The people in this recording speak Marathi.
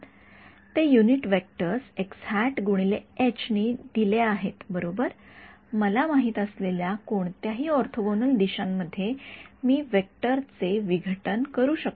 ते युनिट वेक्टर्स नी दिले आहेत बरोबर मला पाहिजे असलेल्या कोणत्याही ऑर्थोगोनल दिशांमध्ये मी वेक्टर चे विघटन करू शकतो